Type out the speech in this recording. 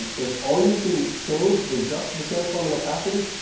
if all you can change is just the transform and opacity,